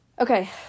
Okay